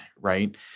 right